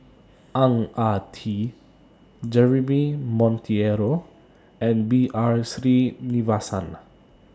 Ang Ah Tee Jeremy Monteiro and B R Sreenivasan